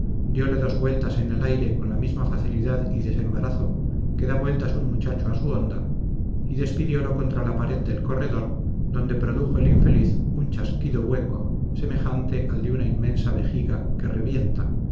suelo diole dos vueltas en el aire con la misma facilidad y desembarazo que da vueltas un muchacho a su honda y despidiólo contra la pared del corredor donde produjo el infeliz un chasquido hueco semejante al de una inmensa vejiga que revienta